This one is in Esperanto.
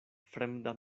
fremda